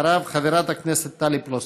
אחריו, חברת הכנסת טלי פלוסקוב.